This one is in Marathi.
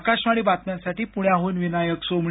आकाशवाणी बातम्यांसाठी पुण्याहून विनायक सोमणी